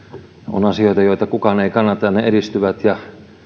on asioita joita kukaan ei kannata ja ne edistyvät ja